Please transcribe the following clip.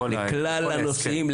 מכלל הנושאים,